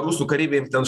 rusų kareiviai ten